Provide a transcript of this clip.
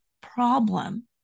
problem